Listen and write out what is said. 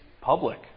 Public